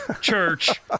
church